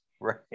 right